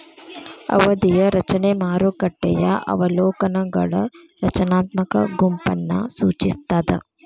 ಅವಧಿಯ ರಚನೆ ಮಾರುಕಟ್ಟೆಯ ಅವಲೋಕನಗಳ ರಚನಾತ್ಮಕ ಗುಂಪನ್ನ ಸೂಚಿಸ್ತಾದ